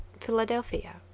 Philadelphia